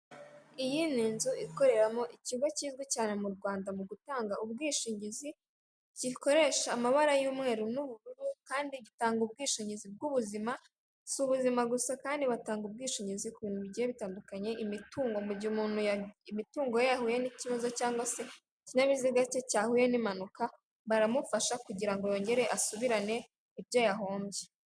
Iyi ni inzu ikoreramo ikigo kizwi cyane mu Rwanda mu gutanga ubwishingizi, gikoresha amabara y'umweru n'ubururu kandi gitanga ubwishingizi bw'ubuzima, si ubuzima gusa kandi batanga ubwishingizi ku bintu bigiye bitandukanye, imitungo mu gihe umuntu imitungo yahuye n'ikibazo cyangwa se ikinyabiziga cye cyahuye n'impanuka baramufasha kugirango yongere asubirane ibyo yahombye.